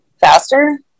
Faster